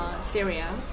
Syria